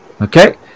okay